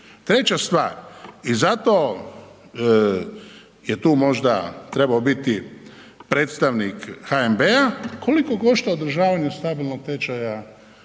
Treća stvar, i zato je tu možda trebao biti predstavnik HNB-a, koliko košta održavanje stabilnog tečaja kune, pa